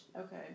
Okay